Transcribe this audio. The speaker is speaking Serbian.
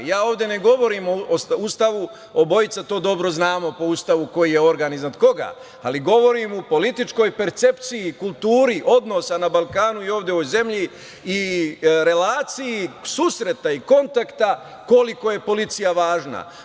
Ja ovde ne govorim o Ustavu, obojica to dobro znamo, po Ustavu koji je organ iznad koga, ali govorim u političkoj percepciji, kulturi odnosa na Balkanu i ovde u ovoj zemlji, relaciji susreta i kontakta, koliko je policija važna.